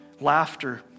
laughter